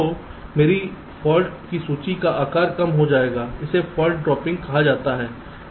तो मेरी फॉल्ट की सूची का आकार कम हो जाएगा इसे फॉल्ट ड्रॉपिंग कहा जाता है